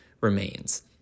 remains